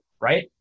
right